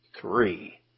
three